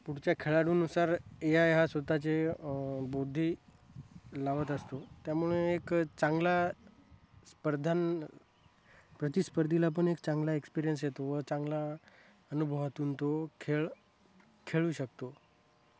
पुढच्या खेळाडूनुसार A I हा स्वतःचे बुद्धी लावत असतो त्यामुळे एक चांगला स्पर्धा प्रतिस्पर्धीला पण एक चांगला एक्सपिरियन्स येतो व चांगला अनुभवातून तो खेळ खेळू शकतो